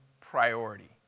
priority